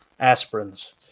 aspirins